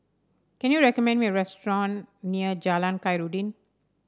can you recommend me a restaurant near Jalan Khairuddin